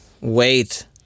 wait